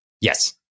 Yes